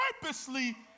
purposely